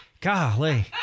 Golly